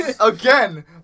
Again